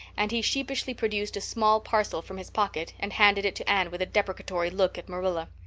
and he sheepishly produced a small parcel from his pocket and handed it to anne, with a deprecatory look at marilla.